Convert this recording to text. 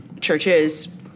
churches